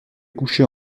couchait